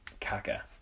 Kaka